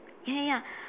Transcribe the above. ya ya ya